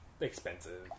expensive